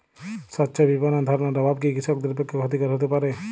স্বচ্ছ বিপণন ধারণার অভাব কি কৃষকদের পক্ষে ক্ষতিকর হতে পারে?